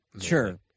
Sure